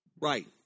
right